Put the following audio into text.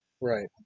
Right